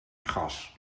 gras